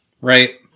Right